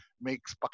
makes